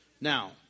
Now